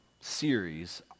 series